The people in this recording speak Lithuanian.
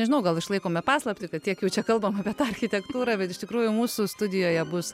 nežinau gal išlaikome paslaptį kad tiek jau čia kalbam apie architektūrą bet iš tikrųjų mūsų studijoje bus